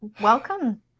Welcome